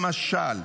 למשל,